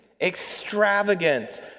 extravagant